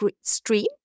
stream